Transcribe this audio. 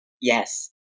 Yes